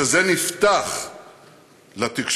כשזה נפתח לתקשורת,